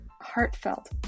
heartfelt